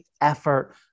effort